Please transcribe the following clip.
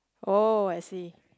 oh I see